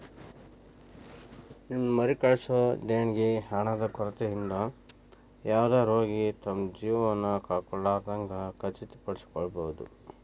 ನಿಮ್ದ್ ಮರುಕಳಿಸೊ ದೇಣಿಗಿ ಹಣದ ಕೊರತಿಯಿಂದ ಯಾವುದ ರೋಗಿ ತಮ್ದ್ ಜೇವನವನ್ನ ಕಳ್ಕೊಲಾರ್ದಂಗ್ ಖಚಿತಪಡಿಸಿಕೊಳ್ಬಹುದ್